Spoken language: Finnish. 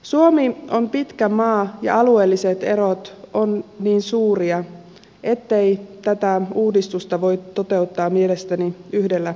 suomi on pitkä maa ja alueelliset erot ovat niin suuria ettei tätä uudistusta voi toteuttaa mielestäni yhdellä sapluunalla